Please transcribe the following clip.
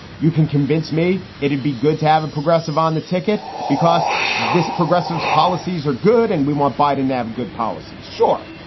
you can convince me it'd be good to have a progressive on the ticket because this progressive policies are good and we want biden to have good policies. sure,